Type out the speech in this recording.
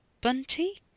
Bunty